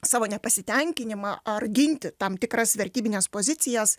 savo nepasitenkinimą ar ginti tam tikras vertybines pozicijas